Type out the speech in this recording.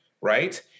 right